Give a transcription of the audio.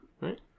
right